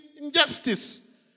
injustice